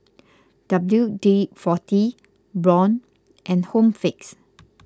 W D forty Braun and Home Fix